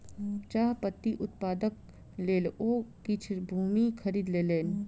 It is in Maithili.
चाह पत्ती उत्पादनक लेल ओ किछ भूमि खरीद लेलैन